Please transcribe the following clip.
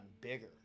bigger